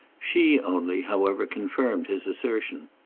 she only, however, confirmed his assertion.